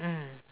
mm